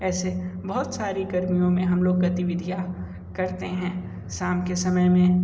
ऐसे बहुत सारी गर्मियों में हम लोग गतिविधियाँ करते हैं शाम के समय में